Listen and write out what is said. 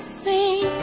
sing